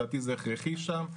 לדעתי זה הכרחי שם,